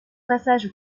passage